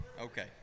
Okay